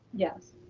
yes.